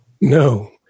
No